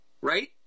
right